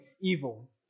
evil